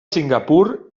singapur